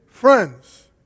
friends